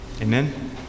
Amen